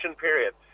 period